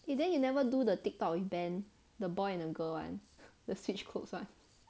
and then you never do the TikTok with ben the boy and a girl one the switch clothes one